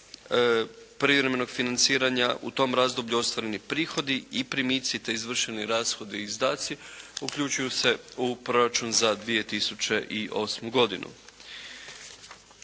privremenog financiranja u tom razdoblju ostvareni prihodi i primici te izvršeni rashodi i izdaci uključuje se u proračun za 2008. godinu.